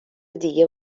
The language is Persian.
دیگه